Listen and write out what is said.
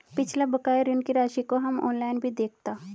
पिछला बकाया ऋण की राशि को हम ऑनलाइन भी देखता